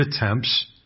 attempts